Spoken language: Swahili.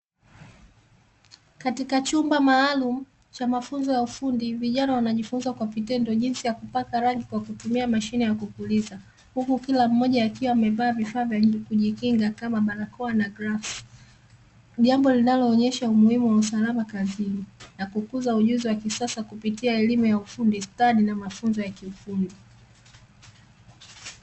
Katika chumba maalumu cha mafunzo ya ufundi vijana wanajifunza, kwa vitendo jinsi ya kupaka rangi, kwa kutumia mashine ya kupuliza huku kila mmoja akiwa amevaa vifaa vya kujikinga kama barakoa na glavisi jambo linaloonyesha umuhimu wa usalama kazini, na kukuza ujuzi wa kisasa kupitia elimu ya ufundi stadi na mafunzo ya kiufundi.